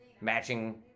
matching